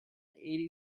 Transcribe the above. eighty